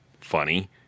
funny